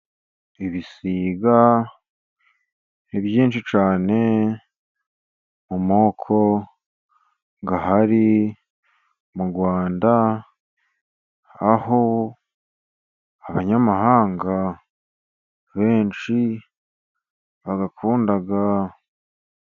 Ibisiga ni byinshi cyane mu moko ahari mu Rwanda, aho abanyamahanga benshi bayakunda.